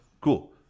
Cool